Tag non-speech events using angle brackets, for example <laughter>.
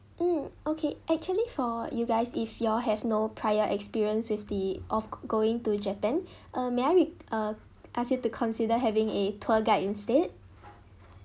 mm okay actually for you guys if y'all have no prior experience with the of going to japan <breath> um may I re~ uh ask you to consider having a tour guide instead